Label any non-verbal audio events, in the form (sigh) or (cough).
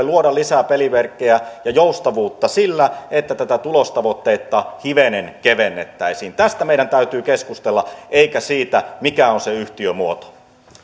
(unintelligible) luoda lisää pelimerkkejä ja joustavuutta sillä että tätä tulostavoitetta hivenen kevennettäisiin tästä meidän täytyy keskustella eikä siitä mikä on se yhtiömuoto